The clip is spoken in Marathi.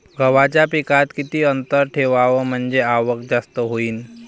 गव्हाच्या पिकात किती अंतर ठेवाव म्हनजे आवक जास्त होईन?